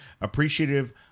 appreciative